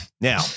now